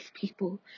people